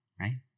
Right